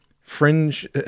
fringe